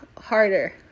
harder